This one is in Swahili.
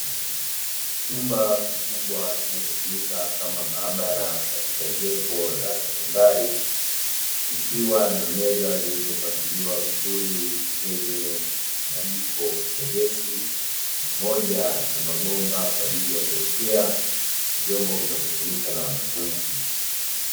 Chumba kikubwa kinachotumika kama maabara katika jengo la sekondari, kikiwa na meza zilizopangiliwa vizuri, zenye majiko ya gesi pamoja na mabomba kwa ajili ya kuoshea vyombo vinavyotumika na wanafunzi.